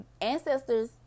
Ancestors